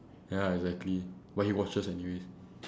ya exactly but he watches anyways